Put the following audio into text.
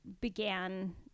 began